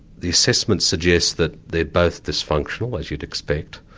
the assessment suggests that they're both dysfunctional, as you'd expect,